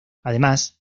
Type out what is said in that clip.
además